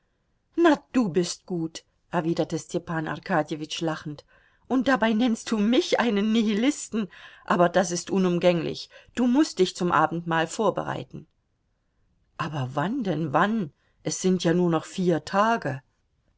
na du bist gut erwiderte stepan arkadjewitsch lachend und dabei nennst du mich einen nihilisten aber das ist unumgänglich du mußt dich zum abendmahl vorbereiten aber wann denn wann es sind ja nur noch vier tage